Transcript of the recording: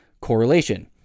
correlation